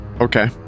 Okay